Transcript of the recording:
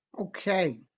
Okay